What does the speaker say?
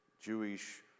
Jewish